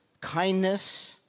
kindness